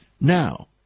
now